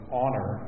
honor